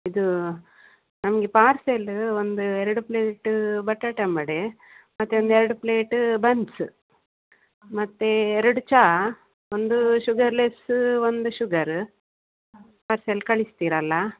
ಇದು ನಮಗೆ ಪಾರ್ಸೆಲ ಒಂದು ಎರಡು ಪ್ಲೇಟ್ ಬಟಾಟಂಬಡೆ ಮತ್ತು ಒಂದು ಎರಡು ಪ್ಲೇಟ್ ಬನ್ಸ ಮತ್ತು ಎರಡು ಚಾ ಒಂದು ಶುಗರ್ಲೆಸ್ಸ ಒಂದು ಶುಗರ ಪಾರ್ಸೆಲ್ ಕಳಿಸ್ತೀರಲ್ಲ